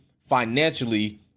financially